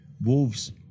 Wolves